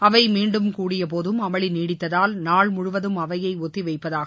அவை மீண்டும் கூடியபோதும் அமளி நீடித்ததால் நாள் முழுவதும் அவையை ஒத்தி வைப்பதாக திருமதி